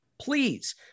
please